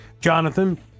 Jonathan